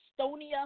Estonia